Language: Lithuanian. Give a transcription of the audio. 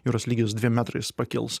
jūros lygis dviem metrais pakils